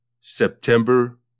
September